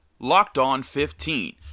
LOCKEDON15